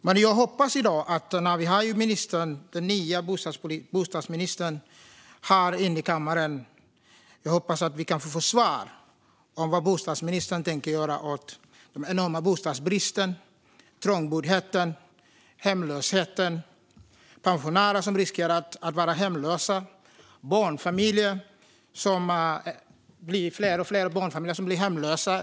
Men när vi i dag har den nya bostadsministern här i kammaren hoppas jag att vi kan få svar på vad bostadsministern tänker göra åt den enorma bostadsbristen, trångboddheten, hemlösheten, pensionärer som riskerar att bli hemlösa och allt fler barnfamiljer som blir hemlösa.